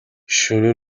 шөнө